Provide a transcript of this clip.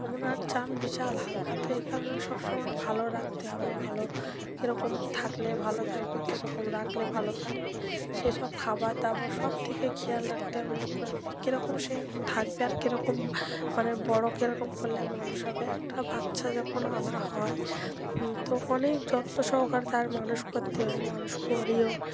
এমন বিশাল হালকা তো এই কারণে সব সময় ভালো রাখতে হবে ভালো কীরকম থাকলে ভালো থাকবে কীরকম রাখলে ভালো থাকবে সেসব খাবার দাবার সব দিকে খেয়াল রাখতে হবে লক্ষ্য রাখতে কীরকম সে থাকবে আর কীরকম মানে বড়ো কীরকম করলে মানুষ হবে একটা বাচ্চা যখন আনা হয় তো অনেক যত্ন সহকারে তার মানুষ করতে হয় মানুষ করেও